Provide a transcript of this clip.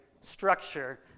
structure